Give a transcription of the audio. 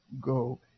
go